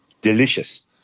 delicious